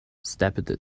stampeded